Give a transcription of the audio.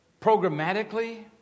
programmatically